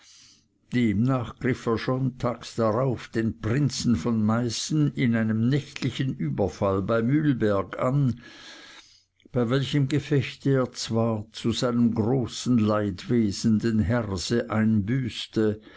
demnach griff er schon tags darauf den prinzen von meißen in einem nächtlichen überfall bei mühlberg an bei welchem gefechte er zwar zu seinem großen leidwesen den herse einbüßte